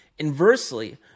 Inversely